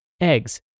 eggs